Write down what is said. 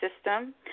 system